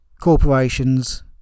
corporations